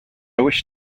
wish